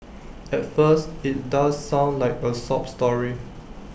at first IT does sound like A sob story